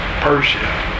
Persia